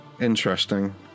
interesting